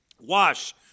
wash